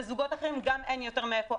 לזוגות אחרים גם אין יותר מאיפה.